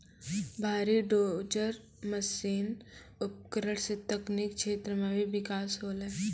भारी dozer machine उपकरण सें तकनीकी क्षेत्र म भी बिकास होलय